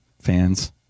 fan's